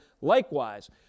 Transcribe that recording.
likewise